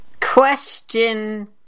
Question